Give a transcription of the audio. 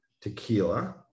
tequila